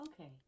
Okay